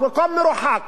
מקום מרוחק,